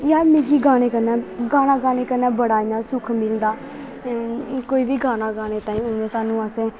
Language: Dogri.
यार मिगी गाने कन्नै गाना गाने कन्नै बड़ा इ'यां सुख मिलदा कोई बी गाना गाने ताईं सानूं असें